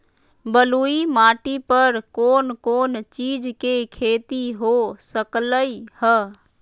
बलुई माटी पर कोन कोन चीज के खेती हो सकलई ह?